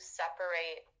separate